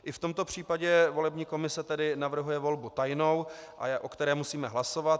I v tomto případě volební komise navrhuje volbu tajnou, o které musíme hlasovat.